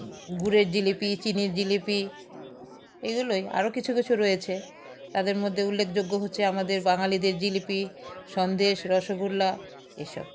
গুড়ের জিলিপি চিনির জিলিপি এগুলোই আরও কিছু কিছু রয়েছে তাদের মধ্যে উল্লেখযোগ্য হচ্ছে আমাদের বাঙালিদের জিলিপি সন্দেশ রসগোল্লা এসব